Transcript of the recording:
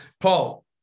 Paul